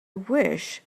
wish